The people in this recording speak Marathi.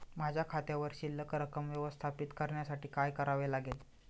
माझ्या खात्यावर शिल्लक रक्कम व्यवस्थापित करण्यासाठी काय करावे लागेल?